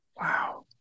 Wow